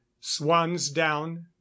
swan's-down